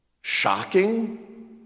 shocking